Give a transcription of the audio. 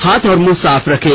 हाथ और मुंह साफ रखें